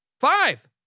five